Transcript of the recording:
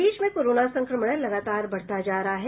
प्रदेश में कोरोना संक्रमण लगातार बढ़ता जा रहा है